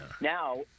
Now